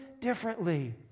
differently